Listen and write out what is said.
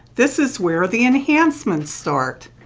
this is where the enhancements start.